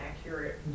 accurate